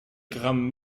gramm